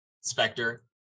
Spectre